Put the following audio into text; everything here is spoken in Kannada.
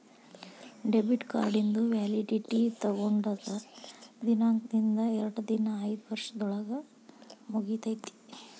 ಡೆಬಿಟ್ ಕಾರ್ಡಿಂದು ವ್ಯಾಲಿಡಿಟಿ ತೊಗೊಂಡದ್ ದಿನಾಂಕ್ದಿಂದ ಎರಡರಿಂದ ಐದ್ ವರ್ಷದೊಳಗ ಮುಗಿತೈತಿ